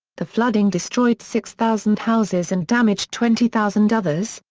the flooding destroyed six thousand houses and damaged twenty thousand others,